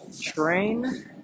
train